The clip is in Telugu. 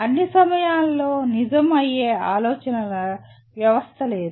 అన్ని సమయాల్లో నిజం అయ్యే ఆలోచనల వ్యవస్థ లేదు